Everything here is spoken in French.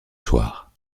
soir